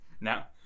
now